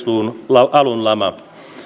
luvun alun lama